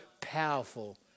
powerful